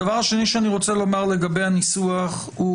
הדבר השני שאני רוצה לומר לגבי הניסוח זה